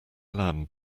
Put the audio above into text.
lamb